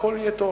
הכול יהיה טוב.